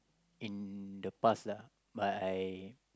in the past lah but I